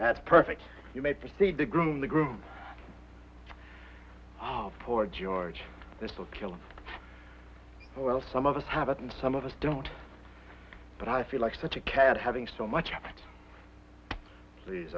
that's perfect you may proceed to groom the groom oh poor george this will kill him well some of us have it and some of us don't but i feel like such a cad having so much